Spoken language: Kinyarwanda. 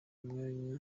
umwanya